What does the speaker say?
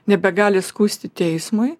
nebegali skųsti teismui